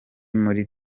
muri